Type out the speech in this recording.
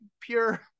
pure